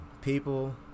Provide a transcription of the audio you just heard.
people